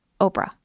Oprah